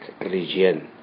region